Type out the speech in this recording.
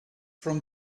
from